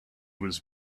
was